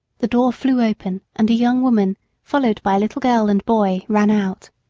the door flew open, and a young woman followed by a little girl and boy, ran out.